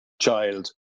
child